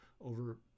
over